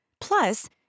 Plus